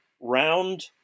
round